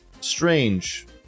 strange